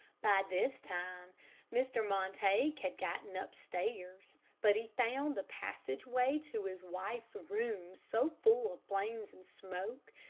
by this time mr. montague had gotten upstairs but he found the passageway to his wife's room so full of flames and smoke,